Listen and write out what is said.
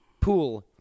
Pool